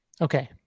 okay